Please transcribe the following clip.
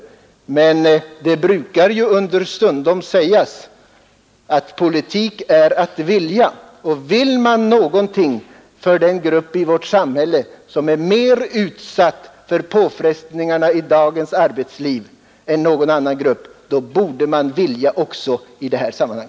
Det brukar understundom sägas att politik är att vilja. Vill man någonting för den grupp i vårt samhälle som är mer utsatt för påfrestningarna i dagens arbetsliv än någon annan, då borde man vilja också i detta sammanhang.